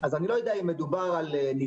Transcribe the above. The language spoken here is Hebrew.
אז אני לא יודע אם מדובר על ניתוק